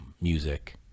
music